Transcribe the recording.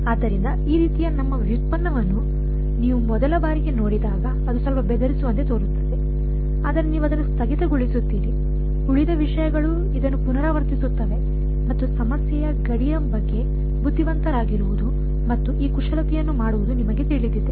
ಆದ್ದರಿಂದ ಈ ರೀತಿಯ ನಮ್ಮ ವ್ಯುತ್ಪನ್ನವನ್ನು ನೀವು ಮೊದಲ ಬಾರಿಗೆ ನೋಡಿದಾಗ ಅದು ಸ್ವಲ್ಪ ಬೆದರಿಸುವಂತೆ ತೋರುತ್ತದೆ ಆದರೆ ನೀವು ಅದನ್ನು ಸ್ಥಗಿತಗೊಳಿಸುತ್ತೀರಿ ಉಳಿದ ವಿಷಯಗಳು ಇದನ್ನು ಪುನರಾವರ್ತಿಸುತ್ತಿವೆ ಮತ್ತು ಸಮಸ್ಯೆಯ ಗಡಿಯ ಬಗ್ಗೆ ಬುದ್ಧಿವಂತರಾಗಿರುವುದು ಮತ್ತು ಈ ಕುಶಲತೆಯನ್ನು ಮಾಡುವುದು ನಿಮಗೆ ತಿಳಿದಿದೆ